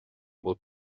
bhfuil